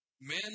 Men